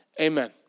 Amen